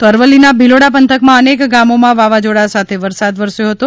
તો અરવલ્લીનાં ભીલોડા પંથકમાં અનેક ગામોમાં વાવાઝોડા સાથે વરસાદ વરસી રહ્યો છે